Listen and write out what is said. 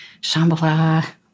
Shambhala